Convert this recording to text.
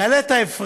זה יעלה את ההפרש,